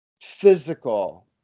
physical